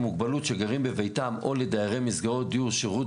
מוגבלות שגרים בביתם או לדיירי מסגרות דיור שירות